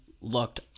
looked